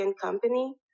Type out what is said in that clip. Company